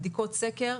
בדיקות סקר.